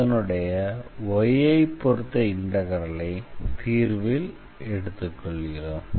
அதனுடைய y ஐ பொறுத்த இண்டெக்ரலை தீர்வில் எடுக்கிறோம்